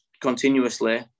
continuously